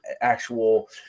actual